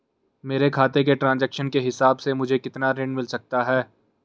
मेरे खाते के ट्रान्ज़ैक्शन के हिसाब से मुझे कितना ऋण मिल सकता है?